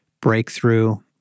breakthrough